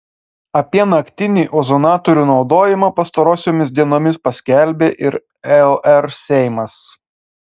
apie naktinį ozonatorių naudojimą pastarosiomis dienomis paskelbė ir lr seimas